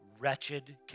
wretched